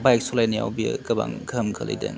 bike सलायनायाव बियो गोबां गोहोम खोलैदों